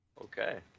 Okay